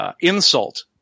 insult